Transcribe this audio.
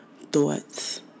thoughts